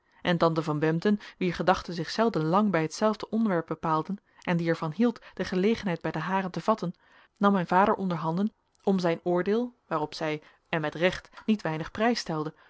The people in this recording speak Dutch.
en tante van bempden wier gedachten zich zelden lang bij het zelfde onderwerp bepaalden en die er van hield de gelegenheid bij de haren te vatten nam mijn vader onderhanden om zijn oordeel waarop zij en met recht niet weinig prijs stelde